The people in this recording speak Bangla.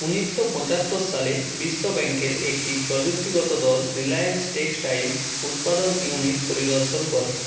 উনিশশো পঁচাত্তর সালে বিশ্ব ব্যাংকের একটি প্রযুক্তিগত দল রিলায়েন্স টেক্সটাইল উৎপাদন ইউনিট পরিদর্শন করে